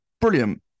brilliant